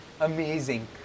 amazing